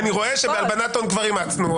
אני רואה שבהלבנת הון כבר אימצנו.